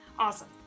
Awesome